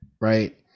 right